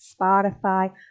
Spotify